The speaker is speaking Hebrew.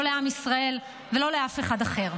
לא לעם ישראל ולא לאף אחד אחר.